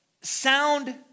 sound